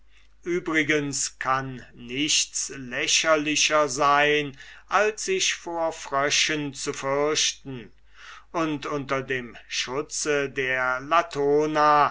übrigens kann nichts lächerlichers sein als sich vor fröschen zu fürchten und unter dem schutze der latona